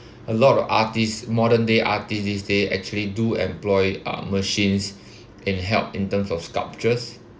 a lot of artist modern day artist these day actually do employ uh machines and help in terms of sculptures